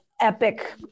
epic